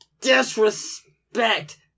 disrespect